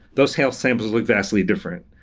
those health samples look vastly different.